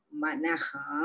manaha